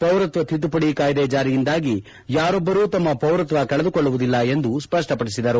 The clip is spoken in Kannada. ಪೌರತ್ವ ತಿದ್ದುಪಡಿ ಕಾಯ್ದೆ ಜಾರಿಯಿಂದಾಗಿ ಯಾರೊಬ್ಬರೂ ತಮ್ಮ ಪೌರತ್ವ ಕಳೆದುಕೊಳ್ಳುವುದಿಲ್ಲ ಎಂದು ಸ್ಪಷ್ಟಪಡಿಸಿದರು